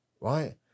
right